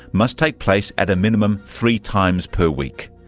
must take place at a minimum three times per week.